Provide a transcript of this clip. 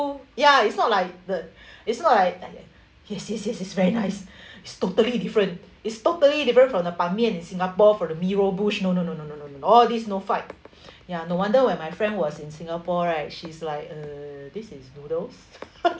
ya it's not like the it's not like !aiya! yes yes yes it's very nice it's totally different it's totally different from the pan mee in singapore for the mee rebus no no no no no all this no fight ya no wonder when my friend was in singapore right she's like uh this is noodles